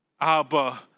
Abba